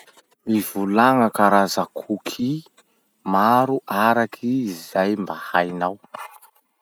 Mivolagna karaza cookies maro araky zay mba hainao.